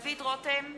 דוד רותם,